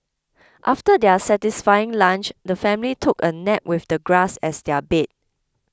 after their satisfying lunch the family took a nap with the grass as their bed